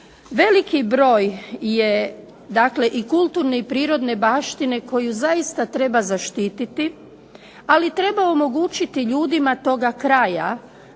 Veliki broj je dakle i kulturne i prirodne baštine koju zaista treba zaštititi ali treba omogućiti ljudima toga kraja